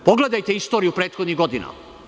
Pogledajte istoriju prethodnih godina.